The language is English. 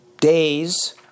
days